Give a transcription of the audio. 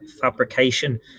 fabrication